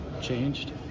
changed